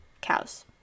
cows